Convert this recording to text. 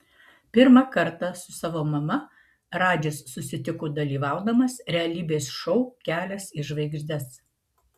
pirmą kartą su savo mama radžis susitiko dalyvaudamas realybės šou kelias į žvaigždes